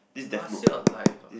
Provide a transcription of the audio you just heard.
last year of life ah